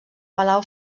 palau